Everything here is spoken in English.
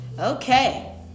Okay